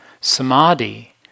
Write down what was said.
Samadhi